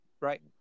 Right